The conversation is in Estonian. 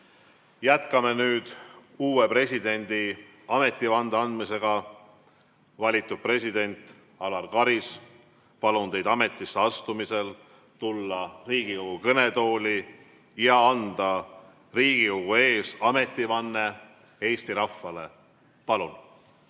Jätkame nüüd uue presidendi ametivande andmisega. Valitud president Alar Karis, palun teid ametisse astumisel tulla Riigikogu kõnetooli ja anda Riigikogu ees ametivanne Eesti rahvale. Palun!